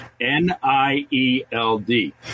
N-I-E-L-D